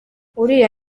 uriya